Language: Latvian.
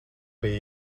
bija